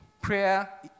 Prayer